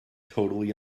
totally